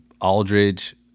Aldridge